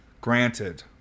Granted